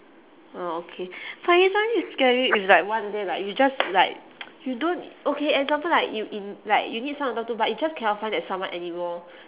oh okay but isn't it scary if like one day like you just like you don't okay example like you in~ like you need someone to talk to but you just cannot find that someone anymore